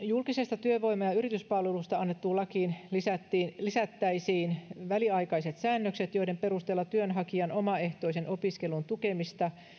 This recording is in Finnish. julkisesta työvoima ja yrityspalvelusta annettuun lakiin lisättäisiin lisättäisiin väliaikaiset säännökset joiden perusteella työnhakijan omaehtoisen opiskelun tukemista